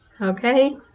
Okay